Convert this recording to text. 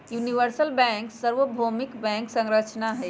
universal bank सर्वभौमिक bank संरचना हई